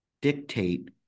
dictate